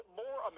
more